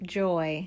joy